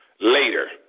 Later